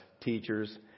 teachers